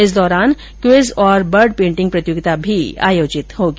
इस दौरान क्वीज और बर्ड पेटिंग प्रतियोगिता भी आयोजित होगी